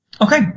Okay